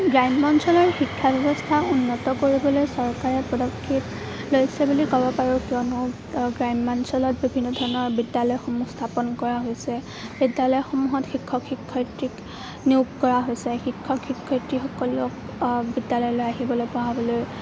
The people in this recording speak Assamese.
গ্ৰাম্য অঞ্চলৰ শিক্ষা ব্যৱস্থা উন্নত কৰিবলৈ চৰকাৰে পদক্ষেপ লৈছে বুলি ক'ব পাৰোঁ কিয়নো গ্ৰাম্য অঞ্চলত বিভিন্ন ধৰণৰ বিদ্যালয়সমূহ স্থাপন কৰা হৈছে বিদ্যালয়সমূহত শিক্ষক শিক্ষয়ত্ৰীক নিয়োগ কৰা হৈছে শিক্ষক শিক্ষয়ত্ৰীসকলক বিদ্যালয়লৈ আহিবলৈ পঢ়াবলৈ